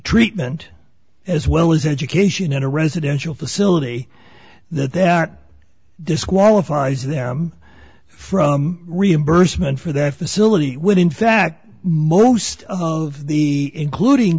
treatment as well as education in a residential facility that that disqualifies them from reimbursement for that facility would in fact most of the including